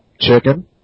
Chicken